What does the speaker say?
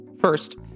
First